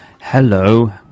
Hello